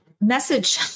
message